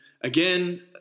again